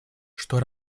что